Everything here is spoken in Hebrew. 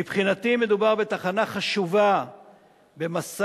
מבחינתי מדובר בתחנה חשובה במסע,